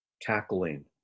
tackling